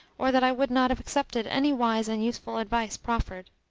or that i would not have accepted any wise and useful advice proffered.